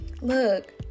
Look